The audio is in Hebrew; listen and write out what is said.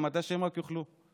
מתי שהם רק יוכלו.